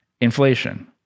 inflation